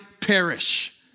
perish